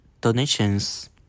donations